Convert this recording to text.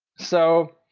so.